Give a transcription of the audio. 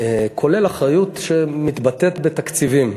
כולל אחריות שמתבטאת בתקציבים.